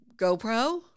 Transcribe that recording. GoPro